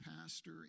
pastor